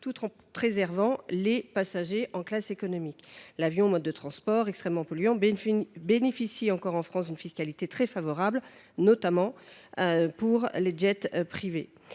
et en préservant les passagers de classe économique. L’avion, mode de transport extrêmement polluant, bénéficie encore en France d’une fiscalité très favorable, notamment pour les jets privés.